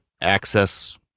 access